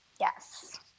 Yes